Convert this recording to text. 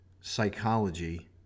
psychology